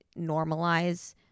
normalize